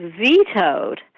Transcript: vetoed